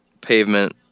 pavement